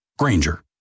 Granger